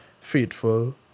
Faithful